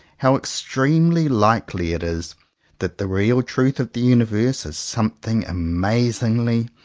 how extremely likely it is that the real truth of the universe is something amazingly,